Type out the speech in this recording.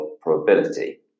probability